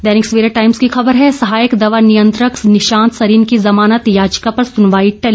दैनिक Savera Times की खबर है सहायक दवा नियंत्रक निशांत सरीन की जमानत याचिका पर सुनवाई टली